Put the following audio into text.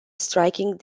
striking